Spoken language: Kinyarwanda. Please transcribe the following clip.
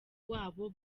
wabo